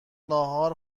نهار